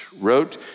Wrote